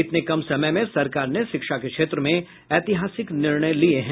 इतने कम समय में सरकार ने शिक्षा के क्षेत्र में ऐतिहासिक निर्णय लिया है